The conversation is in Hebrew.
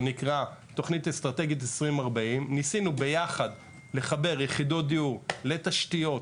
או נקראה תוכנית אסטרטגית 2040. ניסינו ביחד לחבר יחידות דיור לתשתיות,